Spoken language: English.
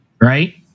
right